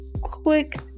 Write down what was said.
quick